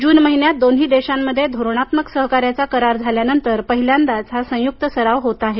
जून महिन्यात दोन्ही देशांमध्ये धोरणात्मक सहकार्याचा करार झाल्यानंतर पहिल्यांदाच हा संयुक्त सराव होत आहे